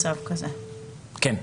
כן.